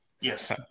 Yes